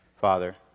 Father